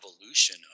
evolution